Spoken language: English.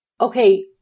okay